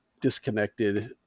disconnected